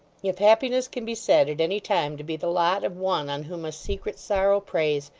if happiness can be said at any time to be the lot of one on whom a secret sorrow preys,